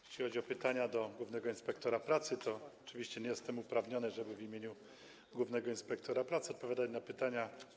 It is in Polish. Jeśli chodzi o pytania do głównego inspektora pracy, to oczywiście nie jestem uprawniony, żeby w imieniu głównego inspektora pracy odpowiadać na nie.